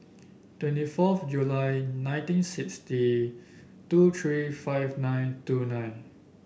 twenty fourth July nineteen sixty two three five nine two nine